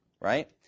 right